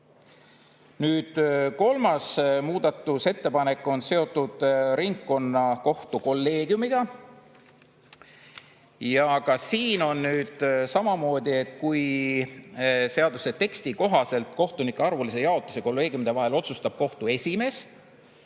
soov. Kolmas muudatusettepanek on seotud ringkonnakohtu kolleegiumiga. Siin on samamoodi, et kui eelnõu teksti kohaselt kohtunike arvulise jaotuse kolleegiumide vahel otsustab kohtu esimees,